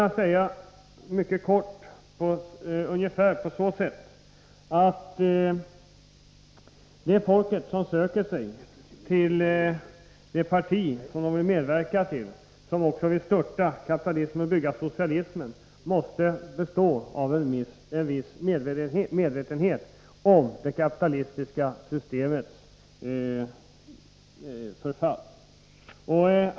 Jag kan emellertid mycket kort säga att de människor som söker sig till det parti som de vill medverka i, som också vill störta kapitalismen och bygga upp socialismen, måste ha en viss medvetenhet om det kapitalistiska systemets förfall.